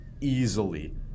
easily